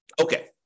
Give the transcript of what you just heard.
Okay